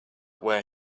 where